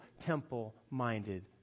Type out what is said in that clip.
temple-minded